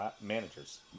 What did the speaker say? managers